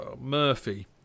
Murphy